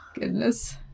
Goodness